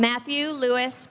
matthew lewis